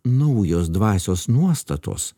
naujos dvasios nuostatos